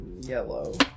yellow